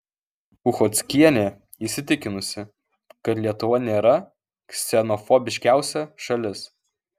uchockienė įsitikinusi kad lietuva nėra ksenofobiškiausia šalis